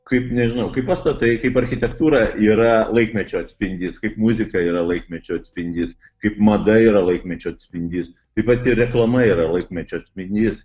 kaip nežinau kaip pastatai kaip architektūra yra laikmečio atspindys kaip muzika yra laikmečio atspindys kaip mada yra laikmečio atspindys taip pat ir reklama yra laikmečio atspindys